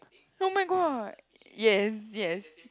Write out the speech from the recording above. oh-my-god yes yes